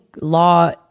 law